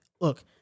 look